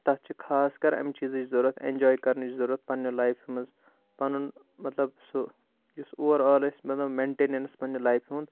تَتھ چھِ خاص کر امہِ چیٖزٕچ ضرورَت اینجاے کرنٕچ ضرورت پَننہِ لایِفہِ منٛز پَنُن مَطلب سُہ یُس اُوَرآل اسہِ مَطلب أسۍ مینٹینینٕس پَننہِ لایِفہِ ہُنٛد